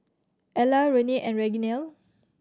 Ella Renae and Reginald